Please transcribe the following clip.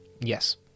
Yes